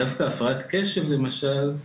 דווקא הפרעת קשב למשל,